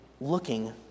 looking